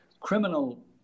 criminal